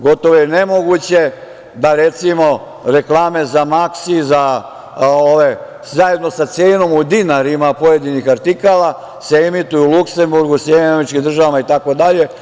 Gotovo je nemoguće da, recimo, reklame za „Maksi“, zajedno sa cenom u dinarima pojedinih artikala, se emituju u Luksemburgu, SAD, itd.